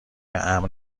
امن